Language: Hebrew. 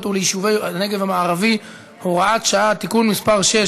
וליישובי הנגב המערבי (הוראת שעה) (תיקון מס' 6),